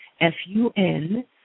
F-U-N